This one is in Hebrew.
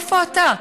איפה אתה?